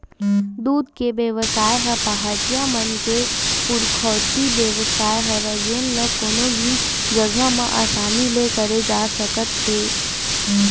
दूद के बेवसाय ह पहाटिया मन के पुरखौती बेवसाय हरय जेन ल कोनो भी जघा म असानी ले करे जा सकत हे